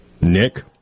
Nick